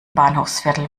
bahnhofsviertel